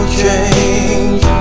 change